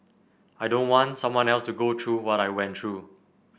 I don't want someone else to go through what I went through